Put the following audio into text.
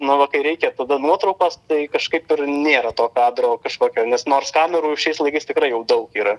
na va kai reikia tada nuotraukos tai kažkaip ir nėra to kadro kažkokio nes nors kamerų šiais laikais tikrai jau daug yra